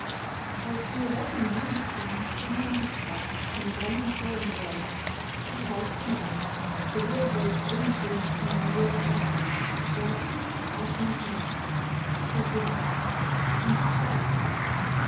auf violetten dünsten schwimmen lichter von brennend hohem gelb du tauchst hinein gewirbelt blindlings in ein meer gesichter blaß atmend nah versinkst und bist allein